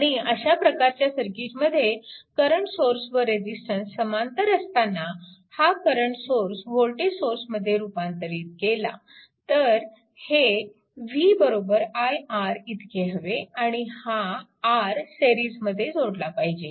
आणि अशा प्रकारच्या सर्किटमध्ये करंट सोर्स व रेजिस्टन्स समांतर असताना हा करंट सोर्स वोल्टेज सोर्समध्ये रूपांतरित केला तर हे v i R इतके हवे आणि हा R सिरीजमध्ये जोडला पाहिजे